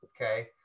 Okay